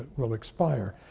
will expire.